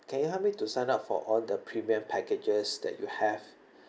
can you help me to sign up for all the premium packages that you have